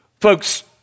Folks